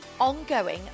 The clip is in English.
ongoing